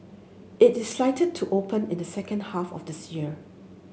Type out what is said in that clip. it is slated to open in the second half of this year